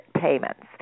payments